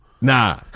Nah